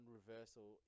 reversal